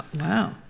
Wow